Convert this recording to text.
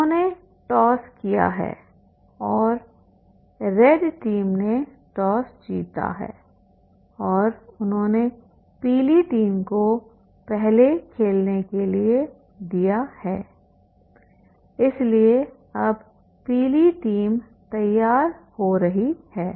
उन्होंने टॉस किया है और रेड टीम ने टॉस जीता है और उन्होंने पीली टीम को पहले खेलने के लिए दिया हैइसलिए अब पीली टीम तैयार हो रही है